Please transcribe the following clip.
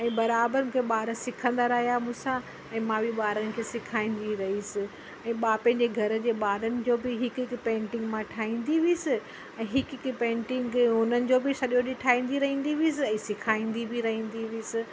ऐं बराबरि मूंखे ॿार सिखंदा रहिया मूंसां ऐं मां बि ॿारनि खे सेखारींदी रहियसि ऐं मां पंहिंजे घर जे ॿारनि जो बि हिकु हिकु पेंटिंग मां ठाहींदी हुअसि ऐं हिकु हिकु पेंटिंग हुननि जो बि सॼो ॾींहं ठाहींदी रहंदी हुअसि ऐं सेखारींदी बि रहंदी हुअसि